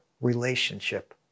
relationship